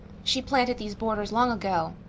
she planted these borders long ago.